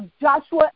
Joshua